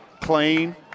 clean